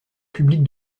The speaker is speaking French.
public